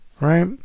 right